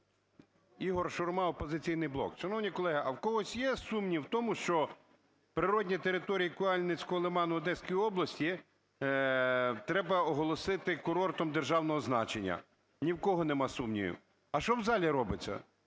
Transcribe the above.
Ігор Шурма, "Опозиційний блок". Шановні колеги, а в когось є сумнів в тому, що природні території Куяльницького лиману Одеської області треба оголосити курортом державного значення? Ні в кого нема сумнівів. А що в залі робиться?